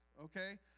okay